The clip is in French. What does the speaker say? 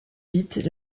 witte